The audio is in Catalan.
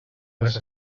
les